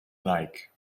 like